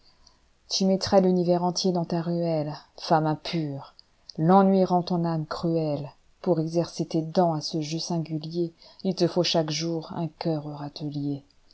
al mettrais l'univers entier dans ta ruelle femme impure l'ennui rend ton âme cruelle pour exercer tes dents à ce jeu singulier il te faut chaque jour un cœur